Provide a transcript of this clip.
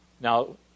Now